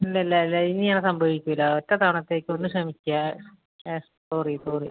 ഇല്ലില്ലല്ല ഇനി അങ്ങനെ സംഭവിക്കില്ല ഒറ്റത്തവണത്തേക്കൊന്ന് ക്ഷമിക്ക് സോറി സോറി